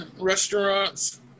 restaurants